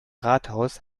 rathaus